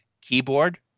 keyboard